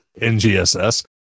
NGSS